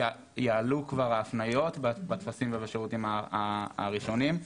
יעלו כבר ההפניות בטפסים ובשירותים הראשונים.